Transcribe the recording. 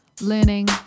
learning